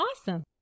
awesome